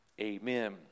amen